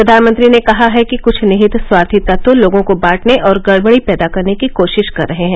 प्रधानमंत्री ने कहा है कि कुछ निहित स्वार्थी तत्व लोगों को बांटने और गड़बड़ी पैदा करने की कोशिश कर रहे हैं